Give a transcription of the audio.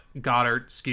Goddard